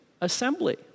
assembly